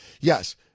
Yes